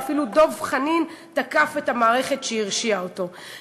ואפילו דב חנין תקף את המערכת שהרשיעה אותו.